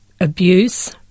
abuse